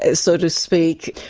and so to speak.